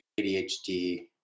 ADHD